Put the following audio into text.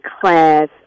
class